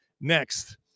next